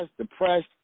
depressed